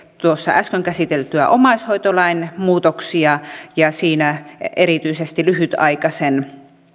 tuossa äsken käsiteltyjä omaishoitolain muutoksia siinä erityisesti lyhytaikaisen